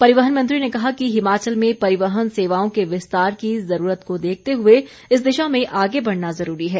परिवहन मंत्री ने कहा कि हिमाचल में परिवहन सेवाओं के विस्तार की जरूरत को देखते हुए इस दिशा में आगे बढ़ना जरूरी है